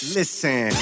Listen